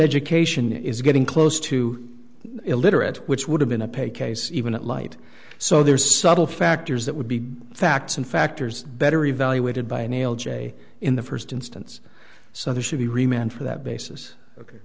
education is getting close to illiterate which would have been a paid case even at light so there are subtle factors that would be facts and factors better evaluated by a nail j in the first instance so there should be remained for that basis ok